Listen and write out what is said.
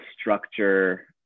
structure